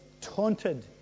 taunted